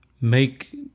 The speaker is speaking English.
make